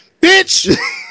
Bitch